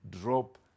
drop